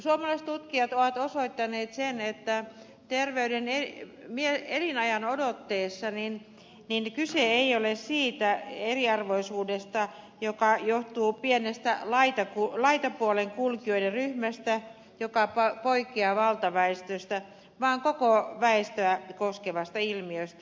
suomalaistutkijat ovat osoittaneet sen että terveyden elinajanodotteessa kyse ei ole siitä eriarvoisuudesta joka johtuu pienestä laitapuolen kulkijoiden ryhmästä joka poikkeaa valtaväestöstä vaan koko väestöä koskevasta ilmiöstä